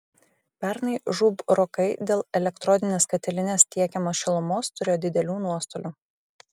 pernai žūb rokai dėl elektrodinės katilinės tiekiamos šilumos turėjo didelių nuostolių